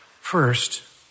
First